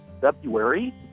February